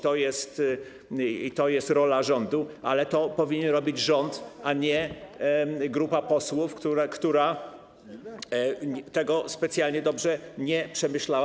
To jest rola rządu, to powinien robić rząd, a nie grupa posłów, która tego specjalnie dobrze nie przemyślała.